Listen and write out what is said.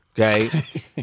Okay